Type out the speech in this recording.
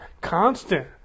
constant